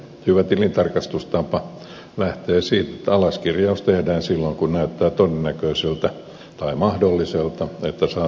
hyvä tilintarkastustapa lähtee siitä että alaskirjaus tehdään silloin kun näyttää todennäköiseltä tai mahdolliselta että saatavia ei saada